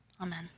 Amen